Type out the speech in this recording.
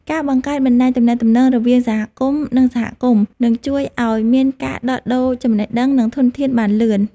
ការបង្កើតបណ្តាញទំនាក់ទំនងរវាងសហគមន៍ និងសហគមន៍នឹងជួយឱ្យមានការដោះដូរចំណេះដឹង និងធនធានបានលឿន។